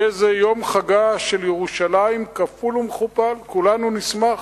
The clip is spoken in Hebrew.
יהיה זה יום חגה של ירושלים כפול ומכופל וכולנו נשמח.